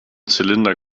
zylinder